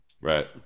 right